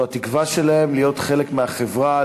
זו התקווה שלהם להיות חלק מהחברה,